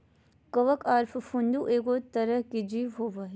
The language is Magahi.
कवक आर फफूंद एगो तरह के जीव होबय हइ